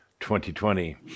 2020